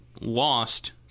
lost